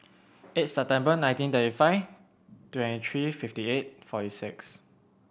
eight September nineteen thirty five twenty three fifty eight forty six